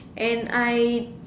and I